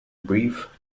brief